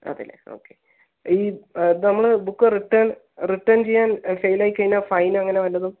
അതെയല്ലേ ഓക്കേ ഈ ഇത് നമ്മള് ബുക്ക് റിട്ടേൺ റിട്ടേൺ ചെയ്യാൻ ഫെയിലായിക്കഴിഞ്ഞാൽ ഫൈൻ അങ്ങനെ വല്ലതും